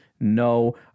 No